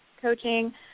coaching